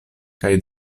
kaj